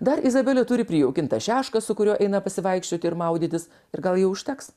dar izabelė turi prijaukintą šešką su kuriuo eina pasivaikščioti ir maudytis ir gal jau užteks